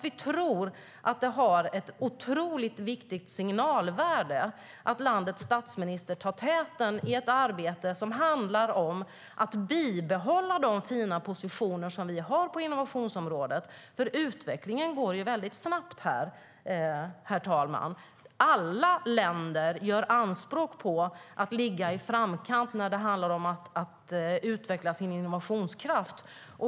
Vi tror att det har ett otroligt viktigt signalvärde att landets statsminister tar täten i ett arbete som handlar om att bibehålla de fina positioner som Sverige har på innovationsområdet. Utvecklingen går snabbt, herr talman. Alla länder gör anspråk på att ligga i framkant när det handlar om att utveckla sin innovationskraft.